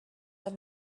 that